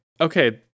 Okay